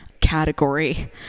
category